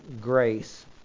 grace